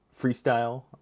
freestyle